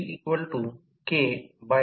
या कर्सर बिंदूकडे पहा